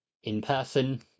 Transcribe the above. in-person